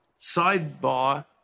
sidebar